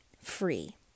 free